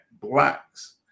Blacks